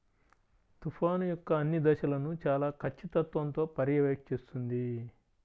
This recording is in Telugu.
తుఫాను యొక్క అన్ని దశలను చాలా ఖచ్చితత్వంతో పర్యవేక్షిస్తుంది